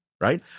right